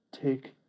Take